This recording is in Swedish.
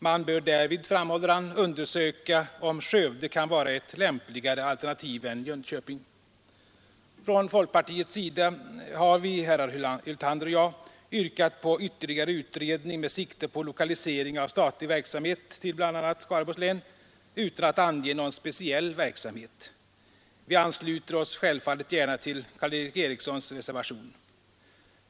Man bör därvid, framhåller han, undersöka om Skövde kan vara ett lämpligare alternativ än Jönköping. Från folkpartiets sida har herr Hyltander och jag yrkat på ytterligare utredning med sikte på lokalisering av statlig verksamhet till bl.a. Skaraborgs län utan att ange någon speciell verksamhet. Vi ansluter oss självfallet gärna till herr Erikssons reservation.